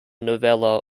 novella